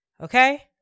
Okay